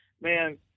man